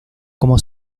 como